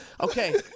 okay